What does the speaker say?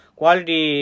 quality